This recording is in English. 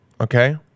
Okay